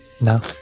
No